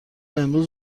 امروز